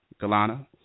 Galana